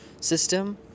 system